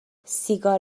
سیگار